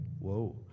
whoa